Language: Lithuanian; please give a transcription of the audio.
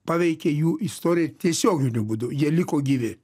paveikė jų istoriją tiesioginiu būdu jie liko gyvi